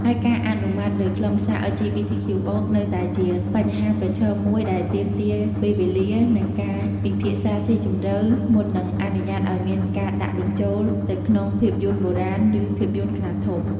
ហើយការអនុម័តលើខ្លឹមសារ អិល ជី ប៊ី ធី ខ្ជូ បូក (LGBTQ+) នៅតែជាបញ្ហាប្រឈមមួយដែលទាមទារពេលវេលា និងការពិភាក្សាស៊ីជម្រៅ មុនពេលអនុញ្ញាតឲ្យមានការដាក់បញ្ចូលទៅក្នុងភាពយន្ដបុរាណ ឬភាពយន្ដខ្នាតធំ។